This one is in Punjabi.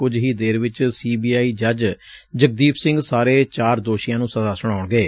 ਕੁਝ ਹੀ ਦੇਰ ਵਿਚ ਸੀ ਬੀ ਆਈ ਜੱਜ ਜਗਦੀਪ ਸਿੰਘ ਸਾਰੇ ਚਾਰ ਦੋਸ਼ੀਆ ਨੂੰ ਸਜ਼ਾ ਸੁਣਾਉਣਗੇ